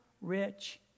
rich